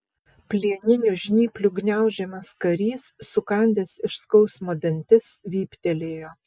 plieninių žnyplių gniaužiamas karys sukandęs iš skausmo dantis vyptelėjo